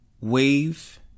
wave